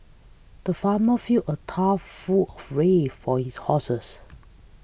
the farmer filled a tough full of ray for his horses